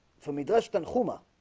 from addressed and houma